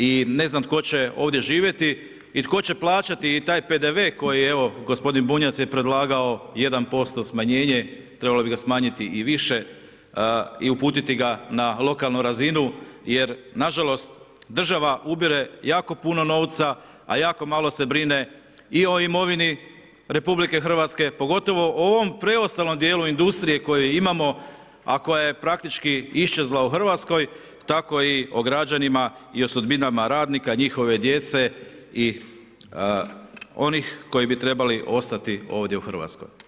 I ne znam tko će ovdje živjeti i tko će plaćati i taj PDV, koji je evo, gospodin Bunjac je predlagao 1% smanjenje trebalo bi ga smanjiti i više i uputiti ga na lokalnu razinu, jer nažalost, država ubire jako puno novca, a jako malo se brine i o imovini RH, pogotovo u ovom preostalom dijelu industrije koju imamo, a koja je praktički iščezla u Hrvatskoj, tako i o građanima i o sudbinama radnika, njihove djece i onih koji bi trebali ostati ovdje u Hrvatskoj.